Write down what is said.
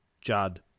Judd